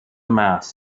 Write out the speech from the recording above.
mass